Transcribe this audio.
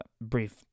brief